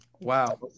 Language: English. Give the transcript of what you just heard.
Wow